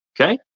okay